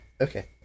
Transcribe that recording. Okay